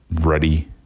ready